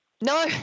No